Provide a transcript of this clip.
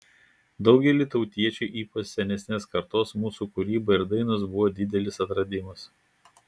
daugeliui tautiečių ypač senesnės kartos mūsų kūryba ir dainos buvo didelis atradimas